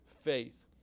faith